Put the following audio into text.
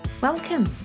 Welcome